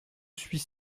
suis